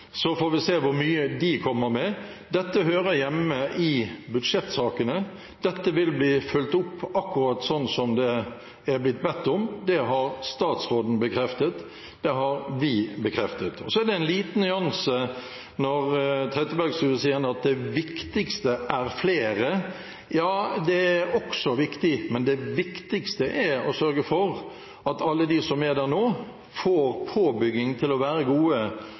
så får vi se hvor mye de kommer med. Dette hører hjemme i budsjettet. Dette vil bli fulgt opp akkurat sånn som det er blitt bedt om, det har statsråden bekreftet, og det har vi bekreftet. Og så er det en liten nyanse når Trettebergstuen sier at det viktigste er flere ansatte. Ja, det er også viktig, men det viktigste er å sørge for at alle de som er der nå, får påbygging til å være gode